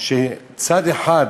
שצד אחד